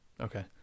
Okay